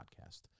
podcast